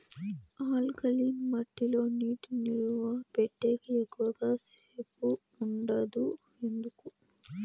alkaline మట్టి లో నీటి నిలువ పెట్టేకి ఎక్కువగా సేపు ఉండదు ఎందుకు